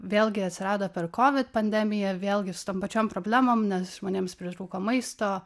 vėlgi atsirado per kovid pandemiją vėlgi su tom pačiom problemom nes žmonėms pritrūko maisto